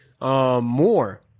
more